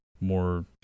more